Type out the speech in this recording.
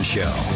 Show